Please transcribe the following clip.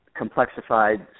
complexified